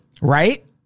Right